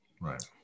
Right